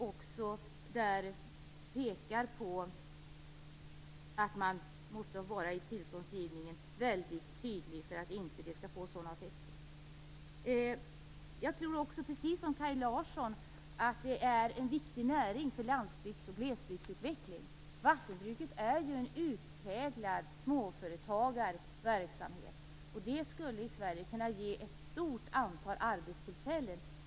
Man pekar även på att man måste vara mycket tydlig i tillståndsgivningen för att det inte skall få sådana effekter. Jag tror också, precis som Kaj Larsson, att detta är en viktig näring för landsbygds och glesbygdsutveckling. Vattenbruket är ju en utpräglad småföretagarverksamhet. Det skulle kunna ge ett stort antal arbetstillfällen i Sverige.